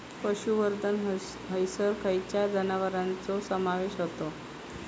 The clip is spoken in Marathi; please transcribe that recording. पशुसंवर्धन हैसर खैयच्या जनावरांचो समावेश व्हता?